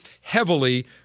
heavily